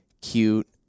cute